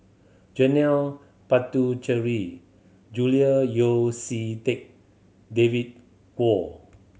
Janil Puthucheary Julian Yeo See Teck David Kwo